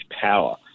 power